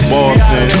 Boston